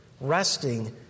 resting